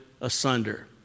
asunder